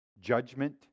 judgment